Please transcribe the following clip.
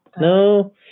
No